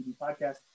Podcast